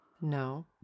No